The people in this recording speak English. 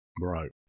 Right